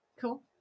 Cool